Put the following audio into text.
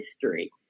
history